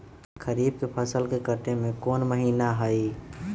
खरीफ के फसल के कटे के कोंन महिना हई?